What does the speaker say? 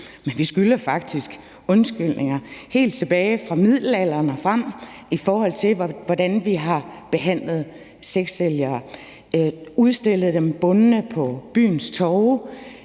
Men vi skylder faktisk undskyldninger helt tilbage fra middelalderen og frem, i forhold til hvordan vi har behandlet sexsælgere, udstillet dem bundne på byens torve,